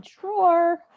drawer